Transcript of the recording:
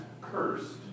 cursed